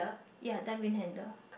ya then green handle